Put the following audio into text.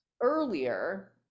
earlier